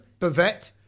bavette